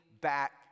back